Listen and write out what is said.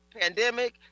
Pandemic